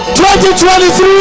2023